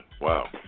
wow